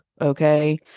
okay